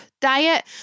diet